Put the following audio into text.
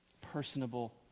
personable